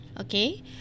Okay